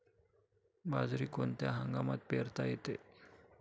बाजरी कोणत्या हंगामात पेरता येते?